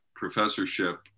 professorship